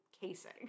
casing